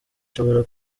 ashobora